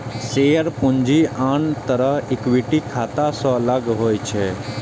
share पूंजी आन तरहक इक्विटी खाता सं अलग होइ छै